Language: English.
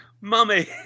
mummy